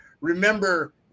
Remember